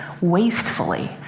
wastefully